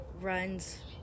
runs